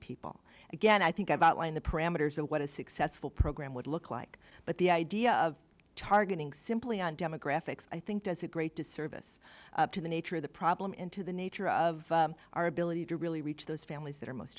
people again i think i've outlined the parameters of what a successful program would look like but the idea of targeting simply on demographics i think does a great disservice to the nature of the problem into the nature of our ability to really reach those families that are most